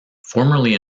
formerly